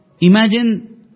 imagine